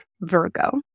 Virgo